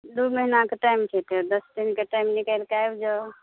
दू महीनाके टाइम छै तऽ दस दिनके टाइम निकालि कऽ आबि जाउ